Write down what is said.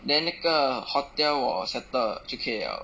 then 那个 hotel 我 settle 就可以了